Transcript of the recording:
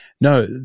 No